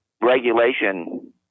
regulation